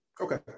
Okay